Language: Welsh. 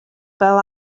fel